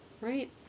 Right